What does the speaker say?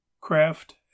craft